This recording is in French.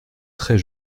très